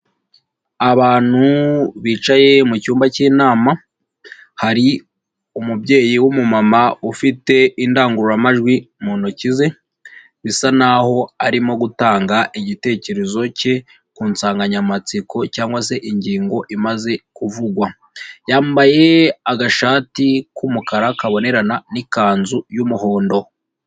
Abantu bicaye mu cyumba k'inama hari umubyeyi w'umumama ufite indangururamajwi mu ntoki ze bisa n'aho arimo gutanga igitekerezo ke ku nsanganyamatsiko cyangwa se ingingo imaze kuvugwa, yambaye agashati k'umukara kabonerana n'ikanzu y'umuhondo.